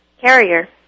carrier